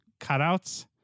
cutouts